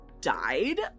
died